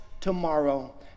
tomorrow